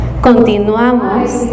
continuamos